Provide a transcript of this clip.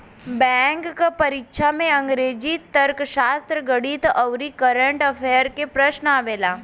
bank क परीक्षा में अंग्रेजी, तर्कशास्त्र, गणित आउर कंरट अफेयर्स के प्रश्न आवला